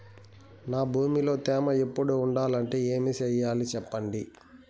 నా భూమిలో తేమ ఎప్పుడు ఉండాలంటే ఏమి సెయ్యాలి చెప్పండి?